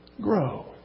grow